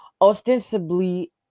ostensibly